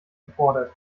gefordert